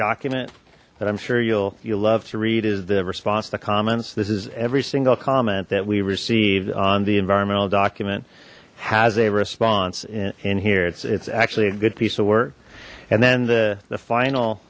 document that i'm sure you'll you'll love to read is the response to comments this is every single comment that we received on the environmental document has a response in here it's it's actually a good piece of work and then the the final